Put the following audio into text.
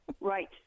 Right